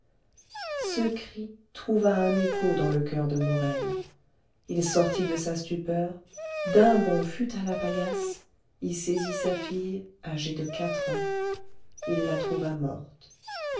ce cri trouva un écho dans le coeur de morel il sortit de sa stupeur d'un bond fut à la paillasse y saisit sa fille âgée de quatre ans il la trouva morte